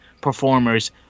performers